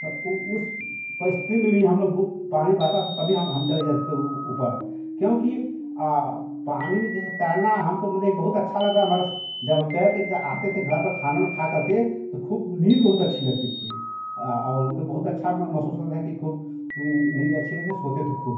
तो उस परिस्थिति में भी हम लोग खूब पानी बढ़ता था तभी हम हम चले जाते थे ऊह पार क्योंकि पानी में जैसे तैरना हमको मतलब कि बहुत अच्छा लगता हमारा जब हम तैर कर जा आते थे घर पर खाना ओना खाकर के तो खूब नींद बहुत अच्छी लगती थी और हमको बहुत अच्छा होता था कि खूब नीद अच्छी लगती थी सोते थे खूब